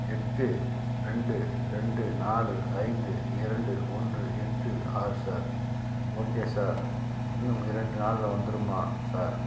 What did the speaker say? எட்டு ரெண்டு ரெண்டு நாலு ஐந்து இரண்டு ஒன்று எட்டு ஆறு சார் ஓகே சார் இன்னும் இரண்டு நாளில் வந்துடுமா சார்